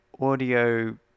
audio